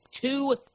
two